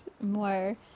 more